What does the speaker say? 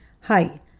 Hi